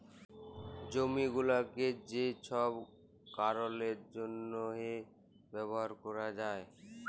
জমি গুলাকে যে ছব কারলের জ্যনহে ব্যাভার ক্যরা যায়